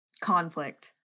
conflict